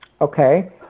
Okay